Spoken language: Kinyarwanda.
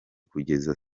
kugeza